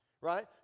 Right